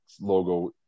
logo